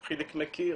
חיליק מכיר.